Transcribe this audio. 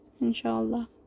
inshallah